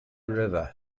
river